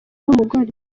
n’umugore